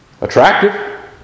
attractive